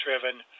driven